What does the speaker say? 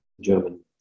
german